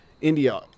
India